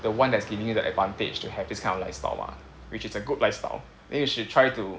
the one that's giving you the advantage to have this kind of lifestyle [what] which is a good lifestyle then you should try to